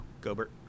Gobert